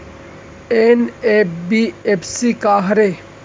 NBFC का हरे?